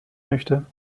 möchte